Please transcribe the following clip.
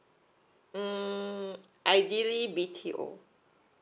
mm ideally B_T_O